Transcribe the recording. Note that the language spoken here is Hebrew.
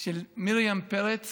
של מרים פרץ